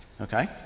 Okay